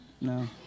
no